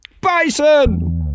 Bison